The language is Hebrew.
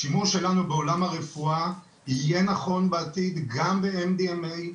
השימוש שלנו בעולם הרפואה יהיה נכון בעתיד גם ב-MDMA,